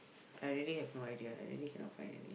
I really have no idea I really cannot find already